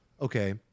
okay